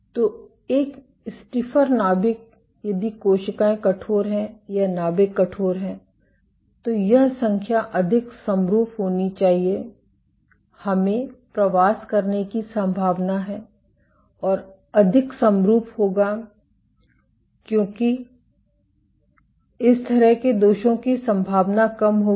तो एक स्टिफर नाभिक यदि कोशिकाएं कठोर हैं या नाभिक कठोर हैं तो यह संख्या अधिक समरूप होनी चाहिए हमें प्रवास करने की संभावना है और अधिक समरूप होगा क्योंकि इस तरह के दोषों की संभावना कम होगी